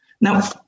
Now